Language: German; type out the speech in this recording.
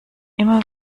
immer